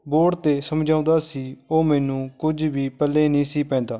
board 'ਤੇ ਸਮਝਾਉਂਦਾ ਸੀ ਉਹ ਮੈਨੂੰ ਕੁਝ ਵੀ ਪੱਲੇ ਨਹੀਂ ਸੀ ਪੈਂਦਾ